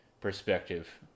perspective